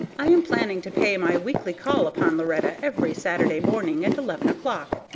i am planning to pay my weekly call upon loretta every saturday morning at eleven o'clock.